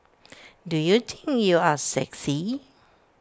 do you think you are sexy